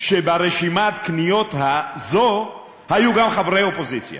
שברשימת הקניות הזו היו גם חברי אופוזיציה.